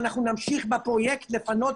אנחנו נמשיך את הפרויקט לפנות,